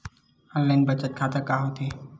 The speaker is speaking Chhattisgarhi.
ऑनलाइन बचत खाता का होथे?